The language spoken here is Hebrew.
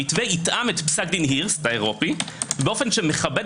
המתווה יתאם את פסק דין הירסט האירופי באופן שמכבד